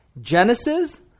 Genesis